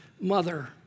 mother